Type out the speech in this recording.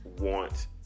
want